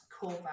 core